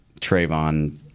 Trayvon